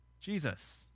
Jesus